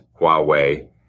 Huawei